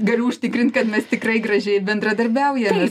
galiu užtikrint kad mes tikrai gražiai bendradarbiaujame